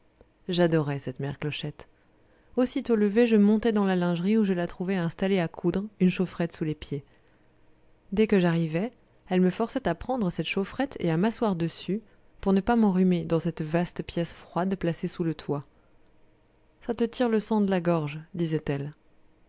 j'adorais cette mère clochette aussitôt levé je montais dans la lingerie où je la trouvais installée à coudre une chaufferette sous les pieds dès que j'arrivais elle me forçait à prendre cette chaufferette et à m'asseoir dessus pour ne pas m'enrhumer dans cette vaste pièce froide placée sous le toit ça te tire le sang de la gorge disait-elle